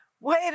wait